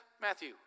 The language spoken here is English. Matthew